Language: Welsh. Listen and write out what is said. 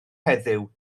heddiw